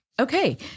Okay